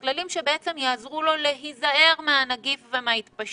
שבוע אחרי שאנחנו אמורים לחזור במינימום לפי המתווה